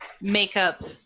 makeup